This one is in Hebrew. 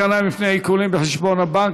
הגנה מפני עיקולים בחשבון הבנק),